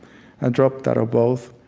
ah dropped out of both